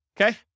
Okay